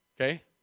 Okay